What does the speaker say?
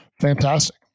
Fantastic